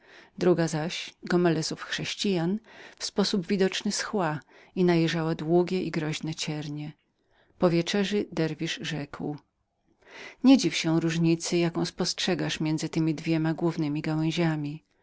druga zaś gomelezów chrześcijan widocznie schła i najeżała długie i groźne ciernie po wieczerzy derwisz rzekł nie dziw się nad różnicą jaką spostrzegasz między temi dwoma głównemi gałęziami